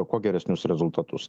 kuo geresnius rezultatus